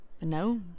No